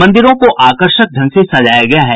मंदिरों को आकर्षक ढंग से सजाया गया है